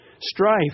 Strife